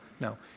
No